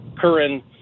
Curran